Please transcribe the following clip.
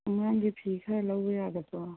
ꯑꯉꯥꯡꯒꯤ ꯐꯤ ꯈꯔ ꯂꯧꯕ ꯌꯥꯒꯗ꯭ꯔꯣ